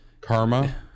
Karma